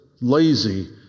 lazy